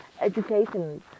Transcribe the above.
education